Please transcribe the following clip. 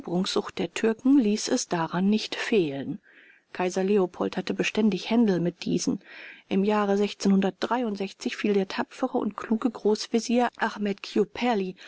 eroberungssucht der türken ließen es daran nicht fehlen kaiser leopold hatte beständig händel mit diesen im jahre fiel der tapfere und kluge großvezier achmet kiuperli